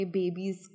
babies